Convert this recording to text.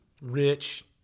rich